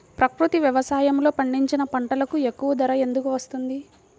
ప్రకృతి వ్యవసాయములో పండించిన పంటలకు ఎక్కువ ధర ఎందుకు వస్తుంది?